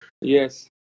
Yes